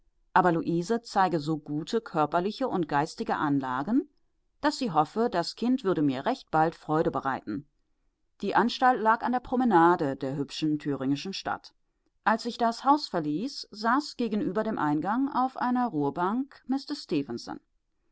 aber luise zeige so gute körperliche und geistige anlagen daß sie hoffe das kind würde mir recht bald freude bereiten die anstalt lag an der promenade der hübschen thüringischen stadt als ich das haus verließ saß gegenüber dem eingang auf einer ruhebank